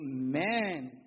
Amen